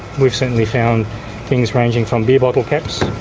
we've certainly found things ranging from beer bottle caps,